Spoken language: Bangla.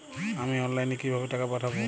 আমি অনলাইনে কিভাবে টাকা পাঠাব?